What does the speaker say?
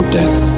death